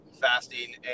fasting